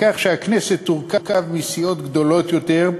בכך שהכנסת תורכב מסיעות גדולות יותר,